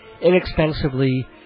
Inexpensively